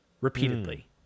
repeatedly